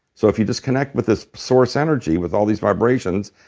so if you just connect with this source energy, with all these vibrations,